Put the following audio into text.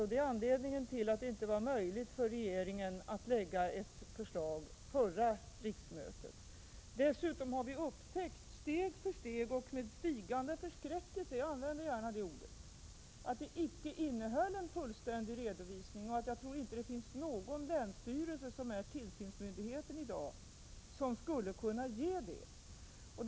Detta är anledningen till att det inte var möjligt för regeringen att lägga fram ett förslag till förra riksmötet. Dessutom har vi nu upptäckt steg för steg och med stigande förskräckelse, jag använder gärna det ordet, att rapporterna icke innehöll en fullständig redovisning. Jag tror inte att det finns någon länsstyrelse — länsstyrelse är tillsynsmyndighet i dag —- som skulle kunna ge en sådan.